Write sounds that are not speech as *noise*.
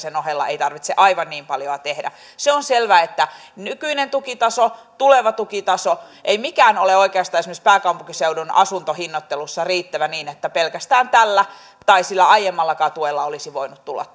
niiden ohella ei tarvitse aivan niin paljoa tehdä se on selvää että ei nykyinen tukitaso tuleva tukitaso ei mikään ole oikeastaan esimerkiksi pääkaupunkiseudun asuntohinnoittelussa riittävä niin että pelkästään tällä tai sillä aiemmallakaan tuella voisi tulla *unintelligible*